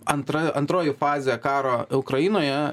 antra antroji fazė karo ukrainoje